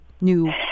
new